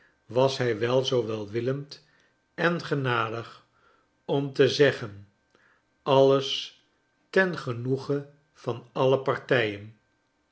was hij wel zoo welwillend en genadig om te zeggen alles ten genoege van alle partijen